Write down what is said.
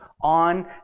on